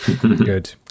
good